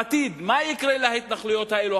בעתיד, מה יקרה להתנחלויות האלה?